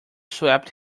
swapped